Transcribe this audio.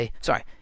Sorry